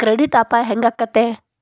Credit ಅಪಾಯಾ ಹೆಂಗಾಕ್ಕತೇ?